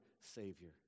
Savior